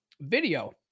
video